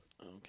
Okay